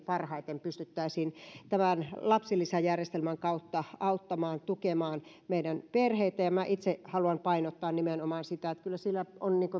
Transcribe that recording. parhaiten pystyttäisiin tämän lapsilisäjärjestelmän kautta auttamaan ja tukemaan meidän perheitä minä itse haluan painottaa nimenomaan sitä että kyllä sillä on